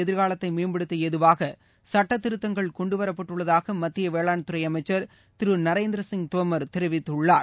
எதிர்காலத்தை மேம்படுத்த ஏதுவாக சட்டத்திருத்தங்கள் கொண்டு வரப்பட்டுள்ளதாக அமைச்சர் திரு நரேந்திரசிங் தோமர் தெரிவித்துள்ளார்